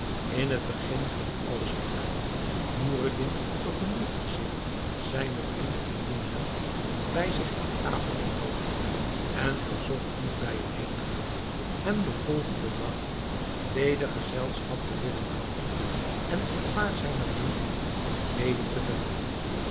in het begin ging alles goed noureddin vergenoegde zich zijnen vriend dien middag bij zich aan tafel te noodigen en verzocht dien bij het heêngaan hem den volgenden dag weder gezelschap te willen houden en een paar zijner vrienden mede te brengen